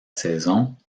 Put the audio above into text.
saison